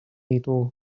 ditugu